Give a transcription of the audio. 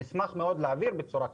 נשמח מאוד להעביר בצורה כתובה.